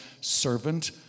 servant